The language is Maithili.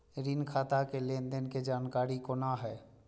ऋण खाता के लेन देन के जानकारी कोना हैं?